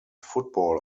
football